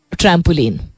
trampoline